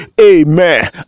amen